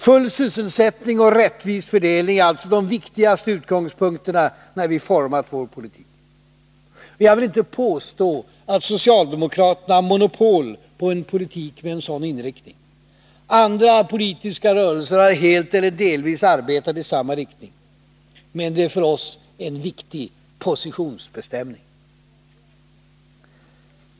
Full sysselsättning och rättvis fördelning är alltså de viktigaste utgångspunkterna när vi format vår politik. Jag vill inte påstå att socialdemokraterna har monopol på en politik med en sådan inriktning. Andra politiska rörelser har helt eller delvis arbetat i samma riktning. Men det är för oss en viktig positionsbestämning.